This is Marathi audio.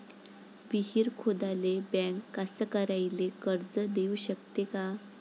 विहीर खोदाले बँक कास्तकाराइले कर्ज देऊ शकते का?